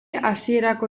hasierako